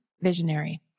visionary